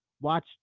watch